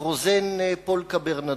הרוזן פולקה ברנדוט.